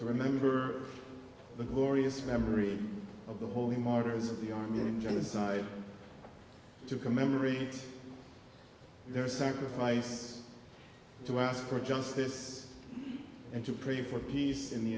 to remember the glorious memory of the holy martyrs of the armenian genocide to commemorate their sacrifice to ask for justice and to pray for peace in the